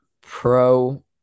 pro